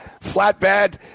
Flatbed